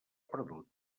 perdut